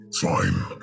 fine